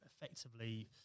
effectively